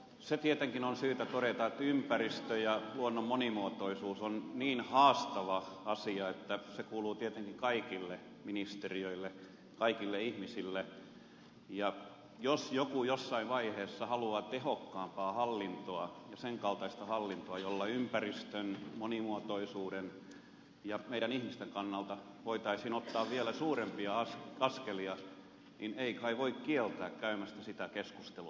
se tietenkin on syytä todeta että ympäristö ja luonnon monimuotoisuus on niin haastava asia että se kuuluu tietenkin kaikille ministeriöille kaikille ihmisille ja jos joku jossain vaiheessa haluaa tehokkaampaa hallintoa ja sen kaltaista hallintoa jolla ympäristön monimuotoisuuden ja meidän ihmisten kannalta voitaisiin ottaa vielä suurempia askelia niin ei kai voi kieltää käymästä sitä keskustelua